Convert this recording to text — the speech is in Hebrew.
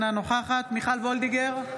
אינה נוכחת מיכל מרים וולדיגר,